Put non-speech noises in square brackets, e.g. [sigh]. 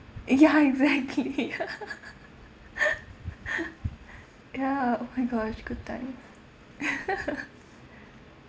ya exactly [laughs] [breath] ya oh my gosh good thing [laughs] [breath]